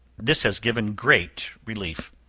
this has given great relief.